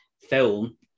film